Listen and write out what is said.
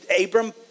Abram